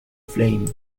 flame